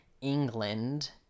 England